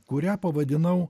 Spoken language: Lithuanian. kurią pavadinau